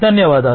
ధన్యవాదాలు